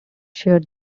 shared